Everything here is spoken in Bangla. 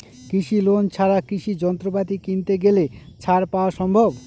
কৃষি লোন ছাড়া কৃষি যন্ত্রপাতি কিনতে গেলে ছাড় পাওয়া সম্ভব?